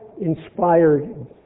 inspired